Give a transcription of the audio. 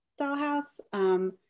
dollhouse